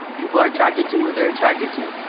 people are attracted to who they're attracted to,